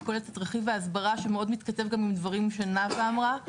היא כוללת את רכיב ההסברה שמאוד מתכתב עם הדברים שנאווה אמרה.